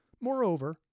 Moreover